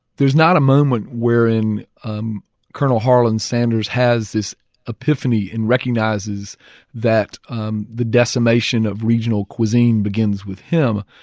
there's not a moment wherein um colonel harland sanders has this epiphany and recognizes that um the decimation of regional cuisine begins with him.